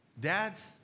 dads